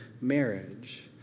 marriage